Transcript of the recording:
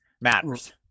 matters